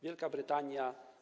Wielka Brytania.